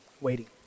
waiting